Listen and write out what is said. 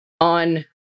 on